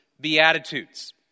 beatitudes